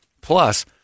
Plus